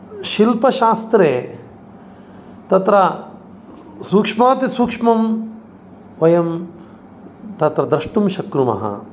शिल्पशास्त्रे तत्र सूक्ष्मातिसूक्ष्मं वयं तत्र द्रष्टुं शक्नुमः